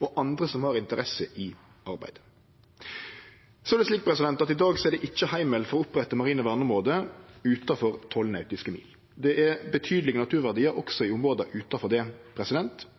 og andre som har interesse i arbeidet. I dag er det ikkje heimel for å opprette marine verneområde utanfor 12 nautiske mil. Det er betydelege naturverdiar også i område utanfor det,